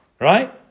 Right